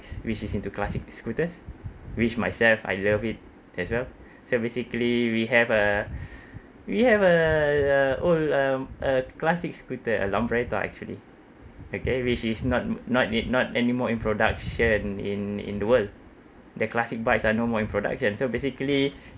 which is into classic scooters which myself I love it as well so basically we have a we have uh old um uh classic scooters a lambretta actually okay which is not not in not anymore in production in in the world the classic bikes are no more in production so basically